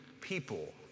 people